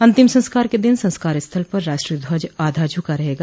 अंतिम संस्कार के दिन संस्कार स्थल पर राष्ट्रीय ध्वज आधा झुका रहेगा